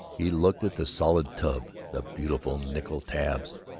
he looked at the solid tub, the beautiful nickel taps,